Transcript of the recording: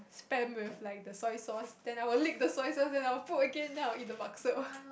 spam with like the soy sauce then I will lick the soy sauce then I will put again then I will eat the bakso